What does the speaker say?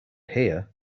here